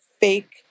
fake